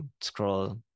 scroll